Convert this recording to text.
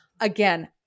again